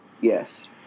Yes